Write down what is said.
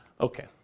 Okay